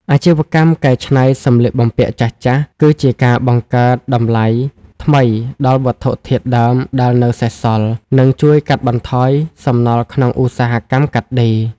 អាជីវកម្មកែច្នៃសម្លៀកបំពាក់ចាស់ៗ គឺជាការបង្កើតតម្លៃថ្មីដល់វត្ថុធាតុដើមដែលនៅសេសសល់ និងជួយកាត់បន្ថយសំណល់ក្នុងឧស្សាហកម្មកាត់ដេរ។